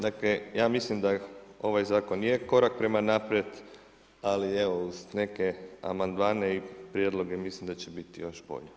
Dakle ja mislim da ovaj zakon je korak prema naprijed ali uz neke amandmane i prijedloge mislim da će biti još bolje.